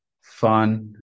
fun